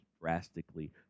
drastically